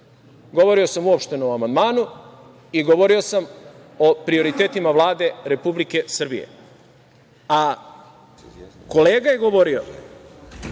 Govorio sam uopšteno o amandmanu i govorio sam o prioritetima Vlade Republike Srbije, a kolega je govorio